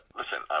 listen